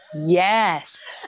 Yes